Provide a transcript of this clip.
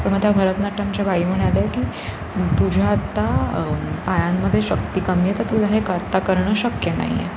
पण मग त्या भरतनाट्यमच्या बाई म्हणाल्या की तुझ्या आत्ता पायांमध्ये शक्ती कमी आहे तर तुला हे करता करणं शक्य नाही आहे